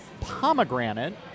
pomegranate